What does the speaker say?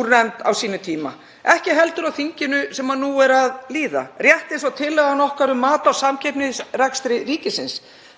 úr nefnd á sínum tíma, ekki heldur á þinginu sem nú er að líða, ekki frekar en tillaga okkar um mat á samkeppnisrekstri ríkisins.